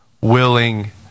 willing